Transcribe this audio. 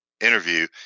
interview